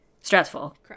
stressful